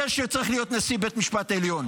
זה שצריך להיות נשיא בית משפט עליון.